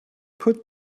put